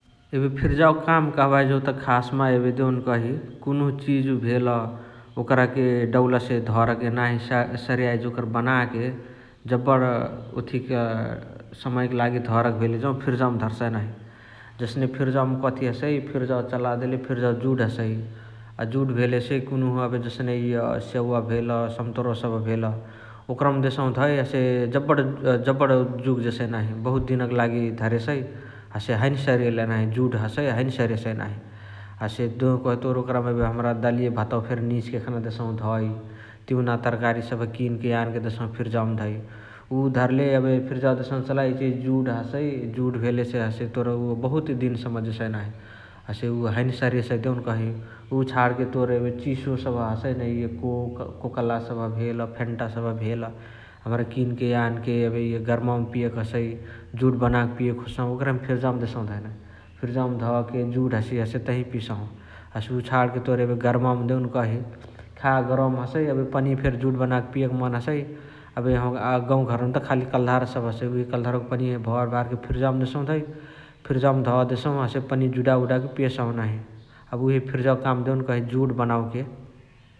एबे फिर्जावक काम खासमा कहबाही जौत एबे देउनकही कुन्हु चिजु भेल ओकरके डौलसे धरके नाही सारीयाए जोकर बनाके जबण ओथिक समयक लागी धरके भेले जौ फिर्जावमा धर्साइ नाही । जस्ने फिर्जावमा कथी हसइ फिर्जाव चलादेले जुड हसइ । अ जुड भेलेसे कुनुहा जसनेकी एबे स्याउवा भेल, सम्तोरवा सबह भेल ओकरमा देसहु धइ हसे जबण जुग जेसइ नाही । बहुत दिनक लागी धरेसइ हसे हैने सारीयैलही नाही जुड हसइ हैने सारीयसइ नाही । हसे देउकही तोर ओकरमा एबे हमरा दलिया भातवा फेरी निझके एखाने देसहु धइ । तिउना तरकारी सबह किनके यानके फेरी देसहु फिर्जाअवमा धइ । उ धरले एबे फिर्जावा देसहु चलाई इचिहिची जुड हसइ । जुड भेलेसे तोर उअ बहुते दिन सम्म ज्äसइ नाही । हसे उअ हैने सारीएसइ देउनकही । उ छणके तोर एबे चिसो सबह हसइ न इअ कोक कोकला सभ भेल्, फेन्टा सबह भेल हमरा किनके यानके एबे इअ गर्मावमा पियके हसइ । जुड बनाके पिए खोजसाहु ओकरहिमा फिर्जावमा देसहु धइ । फिर्जावमा धके जुड हसिय हसे तही पियसाहु । हसे उ छणके तोर एबे गर्मावमा देउनकही खा गरम हसइ पनिया फेरी जुड बनके पियके मन हसइ । एबे यहाँव गौवा घरवम त खाली कल्धारा सबह हसइ । उहे कलधारावक पनिया भर भारके फिर्जावमा देसहु धइ । फिर्जावमा ध देसहु हसे पनिया जुडा उडाके पियसाहु नाही । एबे उहे फिर्जावाक काम देउनकही जुड बनावके ।